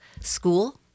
school